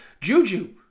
Juju